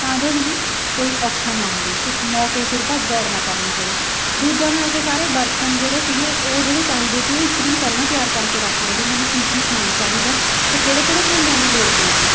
ਤਾਂ ਜੋ ਮੈਨੂੰ ਕੋਈ ਔਖਾ ਨਾ ਹੋਵੇ ਅਤੇ ਇੱਕ ਮੌਕੇ ਸਿਰ ਭੱਜ ਦੌੜ ਨਾ ਕਰਨੀ ਪਵੇ ਦੂਜਾ ਮੈਂ ਆਪਦੇ ਸਾਰੇ ਬਰਤਨ ਜਿਹੜੇ ਸੀਗੇ ਉਹ ਜਿਹੜੇ ਚਾਹੀਦੇ ਸੀ ਉਹ ਇੱਕ ਦਿਨ ਪਹਿਲਾਂ ਤਿਆਰ ਕਰਕੇ ਰੱਖ ਲਏ ਵੀ ਮੈਨੂੰ ਕੀ ਕੀ ਸਮਾਨ ਚਾਹੀਦਾ ਅਤੇ ਕਿਹੜੇ ਕਿਹੜੇ ਭਾਂਡਿਆਂ ਦੀ ਲੋੜ ਪਊਗੀ